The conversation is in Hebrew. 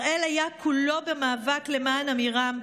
הראל היה כולו במאבק למען עמירם.